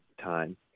time